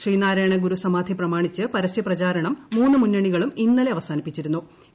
ശ്രീനാരായണ ഗുരു സമാധി പ്രമാണിച്ച് പരസ്യപ്രചാർൺംമൂന്ന് മുന്നണികളും ഇന്നലെ അവസാനിപ്പിച്ചിരുന്നു്